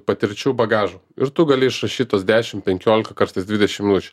patirčių bagažu ir tu gali išrašyt tuos dešimt penkiolika kartais dvidešim